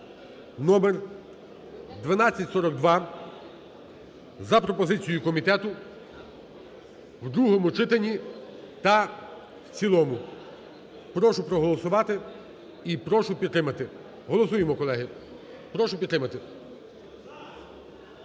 номер 1242, за пропозицією комітету в другому читанні та в цілому. Прошу проголосувати і прошу підтримати. Голосуємо, колеги. Прошу підтримати.